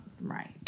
right